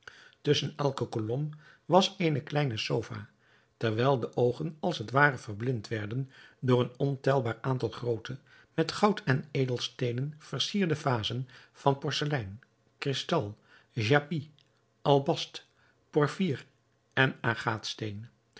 tusschen elke kolom was eene kleine sofa terwijl de oogen als het ware verblind werden door een ontelbaar aantal groote met goud en edelgesteenten versierde vazen van porselein kristal jaspis albast porphyr en